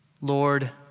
Lord